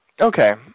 okay